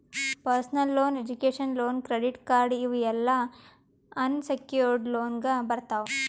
personal loan, education loan, credit card ಇವ್ ಎಲ್ಲಾ unsecured ಲೋನ್ನಾಗ್ ಬರ್ತಾವ್